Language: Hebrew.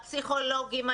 הפסיכולוגים,